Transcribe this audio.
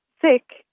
sick